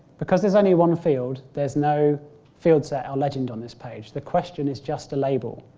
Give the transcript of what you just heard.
because there's only one field there's no field set or legend on this page, the question is just a label.